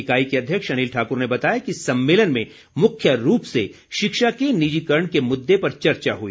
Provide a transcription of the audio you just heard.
इकाई के अध्यक्ष अनिल ठाकुर ने बताया कि सम्मेलन में मुख्य रूप से शिक्षा के निजीकरण के मुद्दे पर चर्चा हुई